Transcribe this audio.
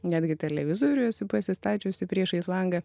netgi televizorių esu pasistačiusi priešais langą